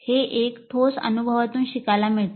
हे एका ठोस अनुभवातून शिकायला मिळते